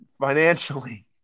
financially